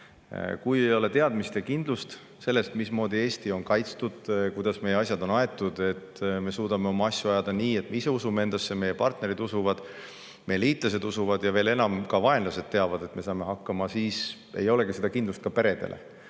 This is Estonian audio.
Kui ei ole teadmist sellest ja kindlust selles, mismoodi Eesti on kaitstud, kuidas meie asjad on aetud, kindlust, et me suudame oma asju ajada nii, et me ise usume endasse, meie partnerid usuvad, meie liitlased usuvad [meisse], ja veel enam, et ka vaenlased teavad, et me saame hakkama, siis ei ole seda kindlust ka peredel.